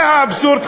תראה את האבסורד,